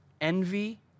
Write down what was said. envy